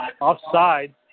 Offside